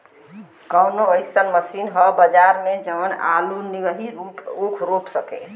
कवनो अइसन मशीन ह बजार में जवन आलू नियनही ऊख रोप सके?